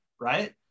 right